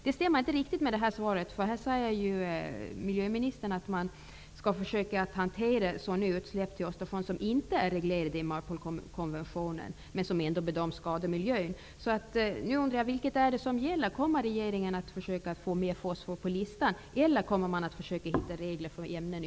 Det stämmer inte riktigt med miljöministerns svar, för här säger han att man skall försöka hantera sådana utsläpp till Östersjön som inte är reglerade i MARPOL-konventionen men som ändå bedöms skada miljön.